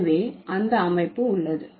எனவே அந்த அமைப்பு உள்ளது